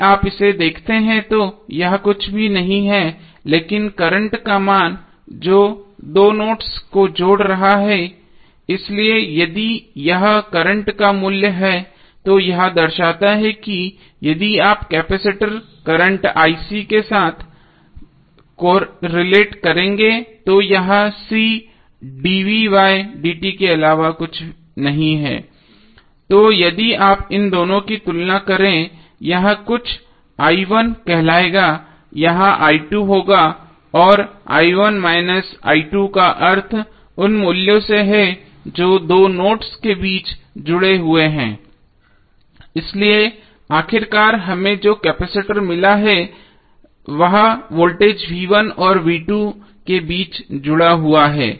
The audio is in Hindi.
यदि आप इसे देखते हैं तो यह कुछ भी नहीं है लेकिन करंट का मान जो दो नोड्स को जोड़ रहा है इसलिए यदि यह करंट का मूल्य है तो यह दर्शाता है कि यदि आप कैपेसिटर करंट के साथ कोरिलेट करेंगे तो यह C dv बाय dt के अलावा कुछ नहीं है है तो यदि आप इन दोनों की तुलना करें यह कुछ i1 कहलाएगा यह i2 होगा और i1 माइनस i2 का अर्थ उन मूल्यों से है जो दो नोड्स के बीच जुड़े हुए हैं इसलिए आखिरकार हमें जो कैपेसिटर मिला है वह वोल्टेज v1 और v2 के बीच जुड़ा हुआ है